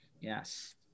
Yes